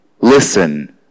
Listen